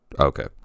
Okay